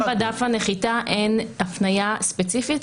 גם בדף הנחיתה אין הפניה ספציפית.